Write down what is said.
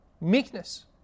meekness